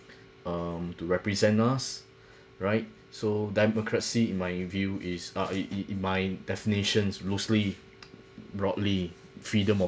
um to represent us right so democracy in my view is uh it it in my definitions loosely broadly freedom of